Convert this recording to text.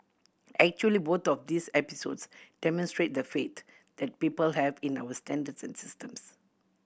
actually both of these episodes demonstrate the faith that people have in our standards and systems